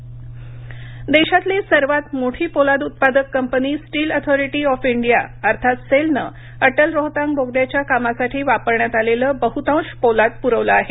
sale देशातली सर्वात मोठी पोलाद उत्पादक कंपनी स्टील ऑथोरिटी ऑफ इंडिया अर्थात सेलनं अटल रोहतांग बोगद्याच्या कामासाठी वापरण्यात आलेलं बहुतांश पोलाद पुरवलं आहे